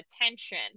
attention